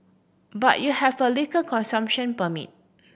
but you have a liquor consumption permit